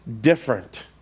different